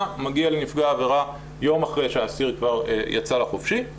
מגיע לנפגע העבירה יום אחרי שהאסיר כבר יצא לחופשי.